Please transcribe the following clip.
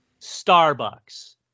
Starbucks